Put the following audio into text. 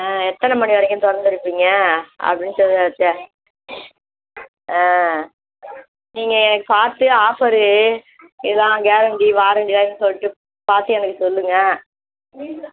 ஆ எத்தனை மணி வரைக்கும் திறந்துருப்பீங்க அப்படின்னு சொல்ல ஆ நீங்கள் எனக்கு பார்த்து ஆஃபரு இதெல்லான் கேரண்டி வாரண்டிலான்னு சொல்லிட்டு பார்த்து எனக்கு சொல்லுங்கள்